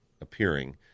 appearing